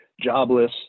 jobless